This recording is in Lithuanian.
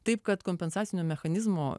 taip kad kompensacinio mechanizmo